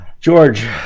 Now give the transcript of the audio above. George